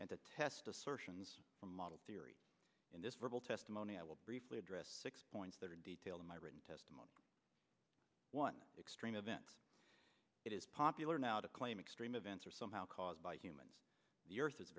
and to test assertions on model theory in this verbal testimony i will briefly address six points that are in detail in my written testimony one extreme event it is popular now to claim extreme events are somehow caused by humans